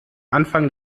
anfang